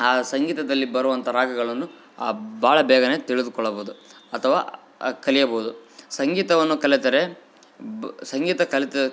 ಆ ಸಂಗೀತದಲ್ಲಿ ಬರುವಂಥ ರಾಗಗಳನ್ನು ಆ ಭಾಳ ಬೇಗ ತಿಳಿದುಕೊಳ್ಳಬಹುದು ಅಥವಾ ಕಲಿಯಬಹುದು ಸಂಗೀತವನ್ನು ಕಲಿತರೆ ಬ ಸಂಗೀತ ಕಲೆತ